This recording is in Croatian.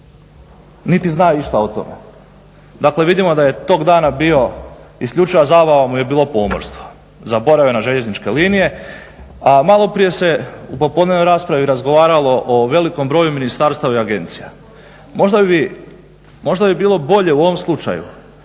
niti zna išta o tome. Dakle, vidimo da je tog dana bio, isključiva zabava mu je bilo pomorstvo, zaboravio je na željezničke linije. A maloprije se u popodnevnoj raspravi razgovaralo o velikom broju ministarstava i agencija. Možda bi bilo bolje u ovom slučaju